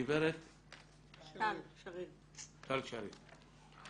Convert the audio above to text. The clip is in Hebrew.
גברת טל שריר,